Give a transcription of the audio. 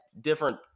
different